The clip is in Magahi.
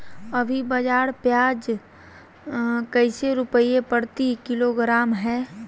अभी बाजार प्याज कैसे रुपए प्रति किलोग्राम है?